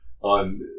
on